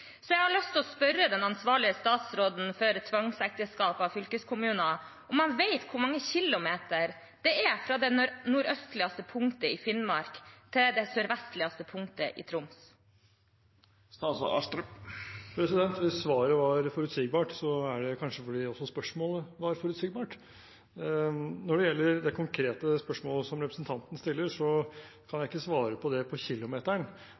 Jeg har lyst til å spørre den ansvarlige statsråden for tvangsekteskap mellom fylkeskommuner om han vet hvor mange kilometer det er fra det nordøstligste punktet i Finnmark til det sørvestligste punktet i Troms. Hvis svaret var forutsigbart, er det kanskje fordi også spørsmålet var forutsigbart. Når det gjelder det konkrete spørsmålet som representanten stiller, kan jeg ikke svare på det på kilometeren,